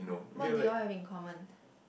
what do you all have in common